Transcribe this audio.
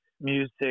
music